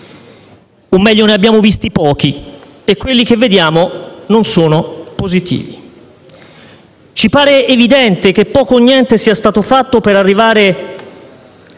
o meglio ne abbiamo visti pochi e quelli che vediamo non sono positivi. Ci pare evidente che poco o niente sia stato fatto per arrivare